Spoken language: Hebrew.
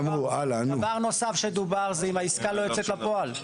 דבר נוסף שדובר עליו הוא מקרה שהעסקה לא יוצאת לפועל.